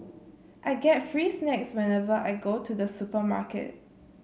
I get free snacks whenever I go to the supermarket